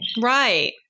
Right